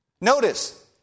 Notice